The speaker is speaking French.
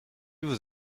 vous